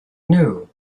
knew